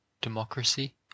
Democracy